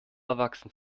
erwachsen